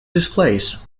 displays